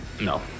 No